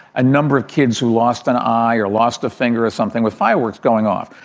a number of kids who lost an eye or lost a finger or something with fireworks going off.